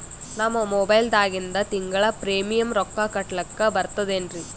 ನಮ್ಮ ಮೊಬೈಲದಾಗಿಂದ ತಿಂಗಳ ಪ್ರೀಮಿಯಂ ರೊಕ್ಕ ಕಟ್ಲಕ್ಕ ಬರ್ತದೇನ್ರಿ?